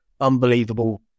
unbelievable